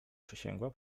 przysięgła